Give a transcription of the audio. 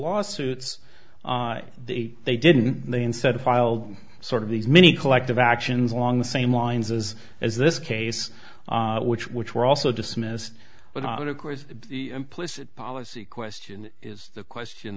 lawsuits and they they didn't they instead filed sort of these many collective actions along the same lines as as this case which which were also dismissed but not of course implicit policy question is the question